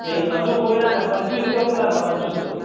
हे एक अजूक होईना का पंचवीस करून टाका पंचवीसला